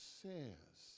says